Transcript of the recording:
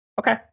Okay